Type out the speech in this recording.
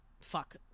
Fuck